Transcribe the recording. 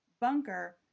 bunker